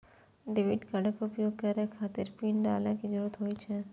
debit कार्डक उपयोग करै खातिर पिन डालै के जरूरत होइ छै